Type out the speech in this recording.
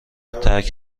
ترک